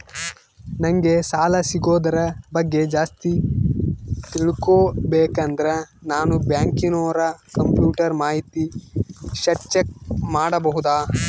ನಂಗೆ ಸಾಲ ಸಿಗೋದರ ಬಗ್ಗೆ ಜಾಸ್ತಿ ತಿಳಕೋಬೇಕಂದ್ರ ನಾನು ಬ್ಯಾಂಕಿನೋರ ಕಂಪ್ಯೂಟರ್ ಮಾಹಿತಿ ಶೇಟ್ ಚೆಕ್ ಮಾಡಬಹುದಾ?